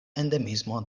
endemismo